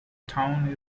town